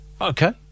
Okay